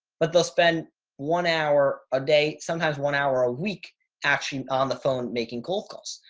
but they'll spend one hour a day, sometimes one hour a week actually on the phone making cold calls.